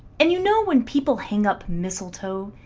and you know when people hang up mistletoe?